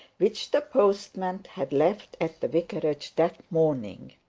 which the postman had left at the vicarage that morning.